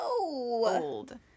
old